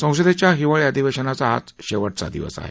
संसदेच्या हिवाळी अधिवेशनाचा आज शेवटचा दिवस आहे